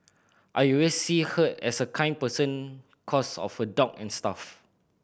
I always see her as a kind person cos of her dog n stuff